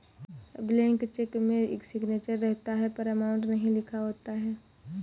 blank cheque में signature रहता है पर अमाउंट नहीं लिखा होता है